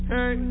Hey